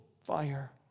fire